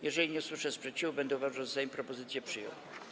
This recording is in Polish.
Jeżeli nie usłyszę sprzeciwu, będę uważał, że Sejm propozycje przyjął.